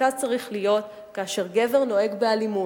המרכז צריך להיות שכאשר גבר נוהג באלימות,